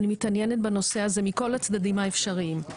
מתעניינת בנושא הזה מכל הצדדים האפשריים.